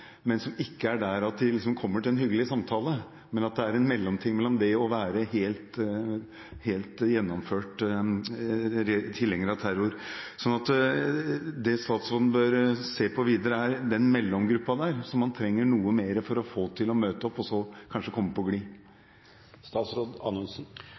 kommer til en hyggelig samtale. Det er en mellomting før man er helt gjennomført tilhenger av terror. Det statsråden bør se på videre, er denne mellomgruppen, der man trenger noe mer for å få dem til å møte opp og kanskje komme på